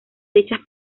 dichas